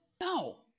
No